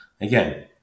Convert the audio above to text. Again